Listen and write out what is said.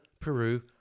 peru